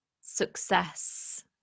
success